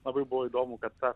labai buvo įdomu kad